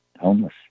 homeless